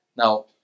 Now